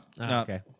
Okay